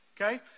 Okay